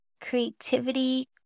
creativity